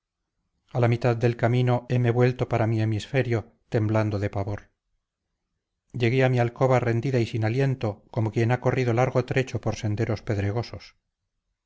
a la mitad del camino heme vuelto para mi hemisferio temblando de pavor llegué a mi alcoba rendida y sin aliento como quien ha corrido largo trecho por senderos pedregosos